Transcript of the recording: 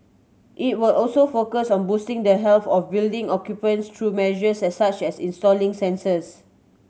it will also focus on boosting the health of building occupants through measures as such as installing sensors